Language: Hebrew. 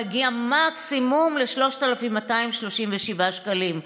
מגיע מקסימום ל-3,237 שקלים,